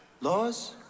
Laws